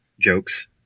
jokes